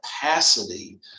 capacity